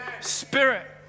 spirit